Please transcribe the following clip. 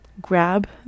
Grab